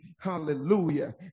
Hallelujah